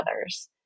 others